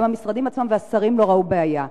גם המשרדים עצמם והשרים לא ראו בעיה.